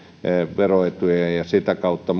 veroetu ja ja sitä kautta